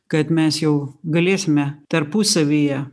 kad mes jau galėsime tarpusavyje